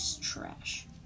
trash